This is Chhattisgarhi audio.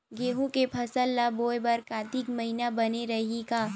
गेहूं के फसल ल बोय बर कातिक महिना बने रहि का?